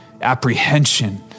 apprehension